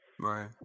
Right